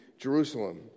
Jerusalem